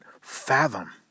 fathom